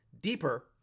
deeper